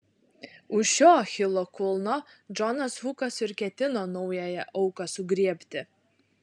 už šio achilo kulno džonas hukas ir ketino naująją auką sugriebti